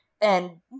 and-